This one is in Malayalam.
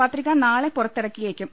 പത്രിക നാളെ പുറത്തിറക്കി യേക്കും